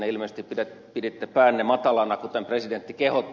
ilmeisesti piditte päänne matalana kuten presidentti kehotti